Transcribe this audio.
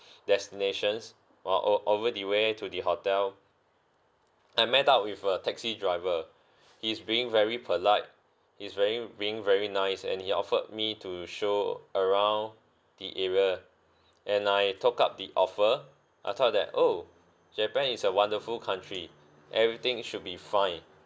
destinations while o~ over the way to the hotel I met up with a taxi driver he is being very polite he's very being very nice and he offered me to show around the area and I took up the offer I thought that oh japan is a wonderful country everything should be fine